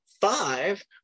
five